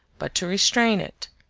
but to restrain it.